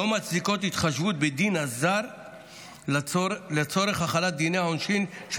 לא מצדיקים התחשבות בדין הזר לצורך החלת דיני העונשין של